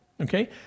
Okay